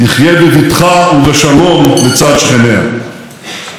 זהו החזון שמנחה אותי כל חיי.